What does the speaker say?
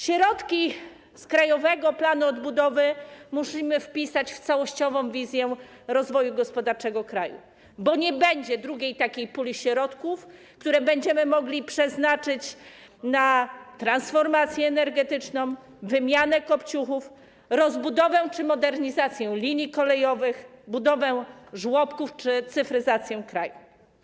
Środki z krajowego planu odbudowy musimy wpisać w całościową wizję rozwoju gospodarczego kraju, bo nie będzie drugiej takiej puli środków, które będziemy mogli przeznaczyć na transformację energetyczną, wymianę kopciuchów, rozbudowę czy modernizację linii kolejowych, budowę żłobków czy cyfryzację kraju.